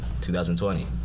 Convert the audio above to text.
2020